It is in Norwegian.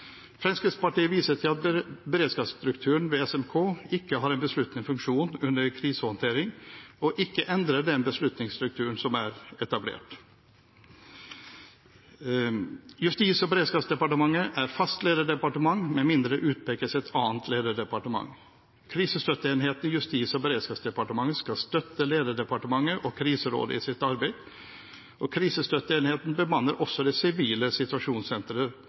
Fremskrittspartiet viser til at beredskapsstrukturen ved SMK ikke har en besluttende funksjon under en krisehåndtering og ikke endrer den beslutningsstrukturen som er etablert. Justis- og beredskapsdepartementet er fast lederdepartement, med mindre det utpekes et annet lederdepartement. Krisestøtteenheten i Justis- og beredskapsdepartementet skal støtte lederdepartementet og Kriserådet i sitt arbeid. Krisestøtteenheten bemanner også det sivile situasjonssenteret,